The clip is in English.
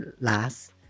last